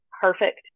perfect